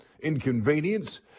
inconvenience